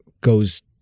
goes